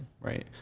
Right